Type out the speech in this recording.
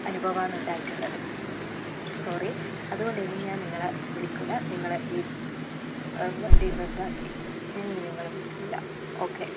അനുഭവമാണ് ഉണ്ടായിട്ടുള്ളത് സോറി അതുകൊണ്ട് ഇനി ഞാൻ നിങ്ങളെ വിളിക്കില്ല നിങ്ങളെ ഈ വണ്ടി റദ്ദാക്കി ഞാൻ ഇനി നിങ്ങളെ വിളിക്കുന്നില്ല ഓക്കെ